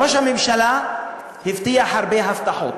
ראש הממשלה הבטיח הרבה הבטחות.